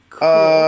Cool